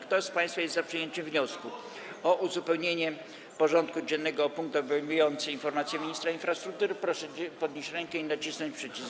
Kto z państwa jest za przyjęciem wniosku o uzupełnienie porządku dziennego o punkt obejmujący informację ministra infrastruktury, proszę podnieść rękę i nacisnąć przycisk.